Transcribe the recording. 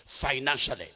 financially